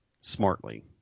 smartly